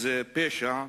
זה פשע,